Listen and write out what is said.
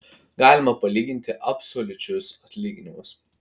galima palyginti absoliučius atlyginimus